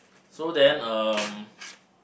so then um